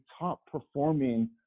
top-performing